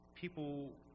people